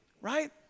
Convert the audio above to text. right